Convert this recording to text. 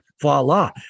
voila